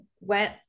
Went